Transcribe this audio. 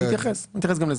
אני אתייחס גם לזה.